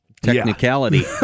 technicality